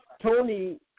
Tony